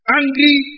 angry